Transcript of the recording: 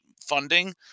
funding